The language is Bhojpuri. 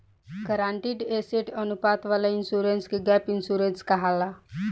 गारंटीड एसेट अनुपात वाला इंश्योरेंस के गैप इंश्योरेंस कहाला